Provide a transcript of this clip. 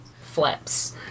flaps